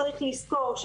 צריך לזכור,